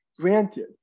Granted